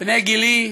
בני גילי,